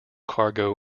cargo